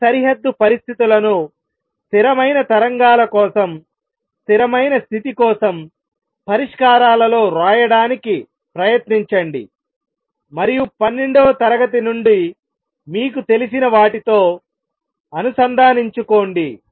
ఈ సరిహద్దు పరిస్థితులను స్థిరమైన తరంగాల కోసం స్థిరమైన స్థితి కోసం పరిష్కారాలలో వ్రాయడానికి ప్రయత్నించండి మరియు పన్నెండవ తరగతి నుండి మీకు తెలిసిన వాటితో అనుసంధానించుకోండి